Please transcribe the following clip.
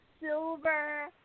silver